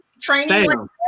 training